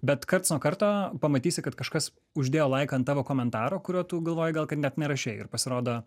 bet karts nuo karto pamatysi kad kažkas uždėjo laiką ant tavo komentaro kurio tu galvoji gal kad net nerašei ir pasirodo